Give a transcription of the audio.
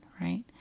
right